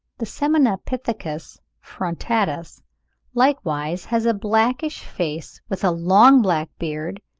the semnopithecus frontatus likewise has a blackish face with a long black beard,